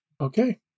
Okay